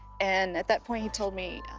and at that point he told me,